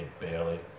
Barely